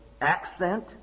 accent